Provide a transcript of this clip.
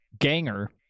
ganger